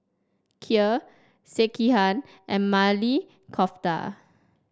Kheer Sekihan and Maili Kofta